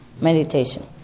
meditation